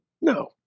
No